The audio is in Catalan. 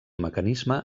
mecanisme